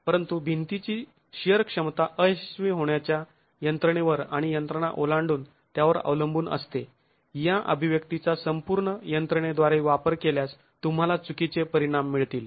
परंतु भिंतीची शिअर क्षमता अयशस्वी होण्याच्या यंत्रणेवर आणि यंत्रणा ओलांडून त्यावर अवलंबून असते या अभिव्यक्तीचा संपूर्ण यंत्रणेद्वारे वापर केल्यास तुम्हाला चुकीचे परिणाम मिळतील